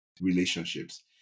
relationships